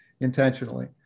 intentionally